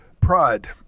pride